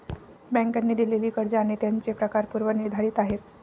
बँकांनी दिलेली कर्ज आणि त्यांचे प्रकार पूर्व निर्धारित आहेत